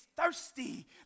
thirsty